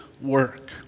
work